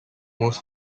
most